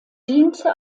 diente